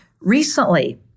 Recently